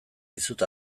dizut